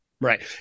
Right